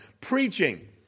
preaching